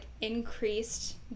increased